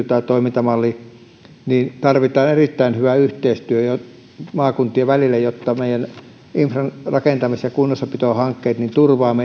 tämä toimintamalli siirtyy maakunnille niin tarvitaan erittäin hyvä yhteistyö maakuntien välille jotta meidän infran rakentamis ja kunnossapitohankkeet turvaavat